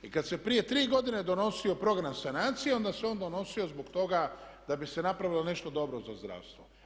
I kad se prije tri godine donosio Program sanacije, onda se on donosilo zbog toga da bi se napravilo nešto dobro za zdravstvo.